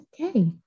okay